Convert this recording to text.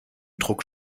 druck